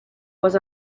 was